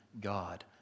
God